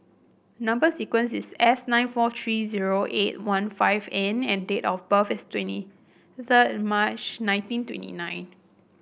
number sequence is S nine four three zero eight one five N and date of birth is twenty third March nineteen twenty nine